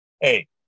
hey